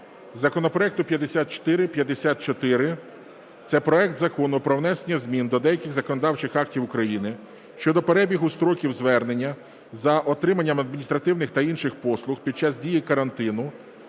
законопроекту 5454. Це проект Закону про внесення змін до деяких законодавчих актів України щодо перебігу строків звернення за отриманням адміністративних та інших послуг під час дії карантину.